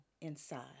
inside